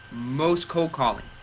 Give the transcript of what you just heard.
most calling,